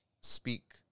speak